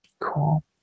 Cool